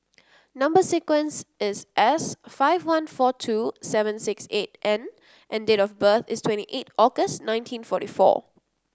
number sequence is S five one four two seven six eight N and date of birth is twenty eight August nineteen forty four